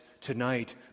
tonight